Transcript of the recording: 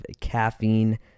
caffeine